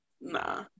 nah